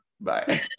Bye